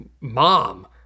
mom